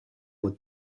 what